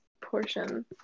portion